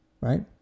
right